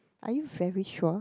are you very sure